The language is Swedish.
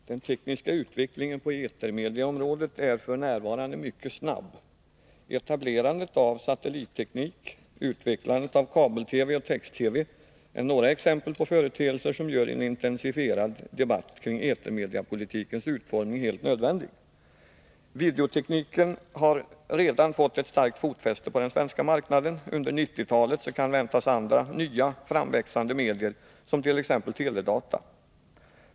Fru talman! Den tekniska utvecklingen på etermedieområdet är f. n. mycket snabb. Etablerandet av satellitteknik och utvecklandet av kabel-TV och text-TV är några exempel på företeelser som gör en intensifierad debatt kring etermediepolitikens utformning helt nödvändig. Videotekniken har redan fått ett starkt fotfäste på den svenska marknaden. Under 1990-talet kan väntas andra nya, framväxande medier, som t.ex. teledata.